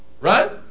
right